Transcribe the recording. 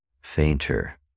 fainter